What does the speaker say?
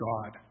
God